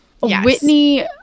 Whitney